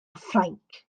ffrainc